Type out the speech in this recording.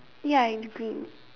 ya I agree